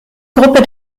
gruppe